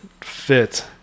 fit